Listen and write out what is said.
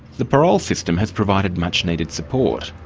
the parole system has provided much-needed support,